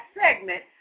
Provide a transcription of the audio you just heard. segment